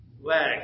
leg